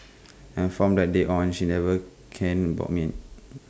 and from that day on she never caned